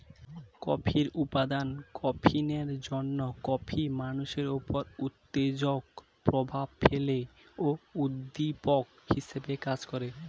কফির উপাদান ক্যাফিনের জন্যে কফি মানুষের উপর উত্তেজক প্রভাব ফেলে ও উদ্দীপক হিসেবে কাজ করে